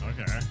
Okay